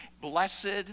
Blessed